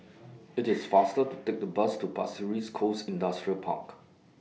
IT IS faster to Take The Bus to Pasir Ris Coast Industrial Park